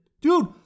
dude